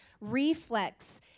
reflex